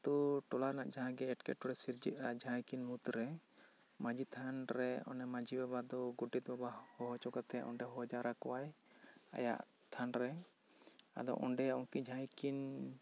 ᱟᱛᱳ ᱴᱚᱞᱟ ᱨᱮᱭᱟᱜ ᱡᱟᱦᱟᱸ ᱜᱮ ᱮᱴᱠᱮᱴᱚᱬᱮ ᱥᱤᱨᱡᱟᱹᱜᱼᱟ ᱡᱟᱦᱟᱸᱭ ᱠᱤᱱ ᱢᱩᱫᱽ ᱨᱮ ᱢᱟᱹᱡᱷᱤ ᱛᱷᱟᱱ ᱨᱮ ᱚᱱᱮ ᱢᱟᱹᱡᱷᱤ ᱵᱟᱵᱟ ᱛᱚ ᱜᱚᱰᱮᱫ ᱵᱟᱵᱟ ᱦᱚᱦᱚ ᱚᱪᱚ ᱠᱟᱛᱮᱜ ᱚᱸᱰᱮ ᱦᱚᱦᱚ ᱡᱟᱨᱟ ᱠᱚᱣᱟᱭ ᱟᱭᱟᱜ ᱛᱷᱟᱱ ᱨᱮ ᱟᱫᱚ ᱚᱸᱰᱮ ᱩᱱᱠᱤᱱ ᱡᱟᱦᱟᱸᱭ ᱠᱤᱱ